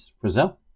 Brazil